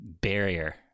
barrier